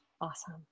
Awesome